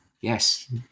Yes